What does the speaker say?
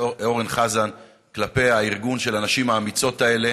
אורן חזן כלפי הארגון של הנשים האמיצות האלה.